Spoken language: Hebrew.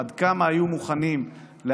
עד כמה היו מוכנים להקריב,